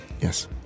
Yes